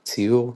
ציור,